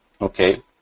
okay